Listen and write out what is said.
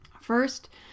First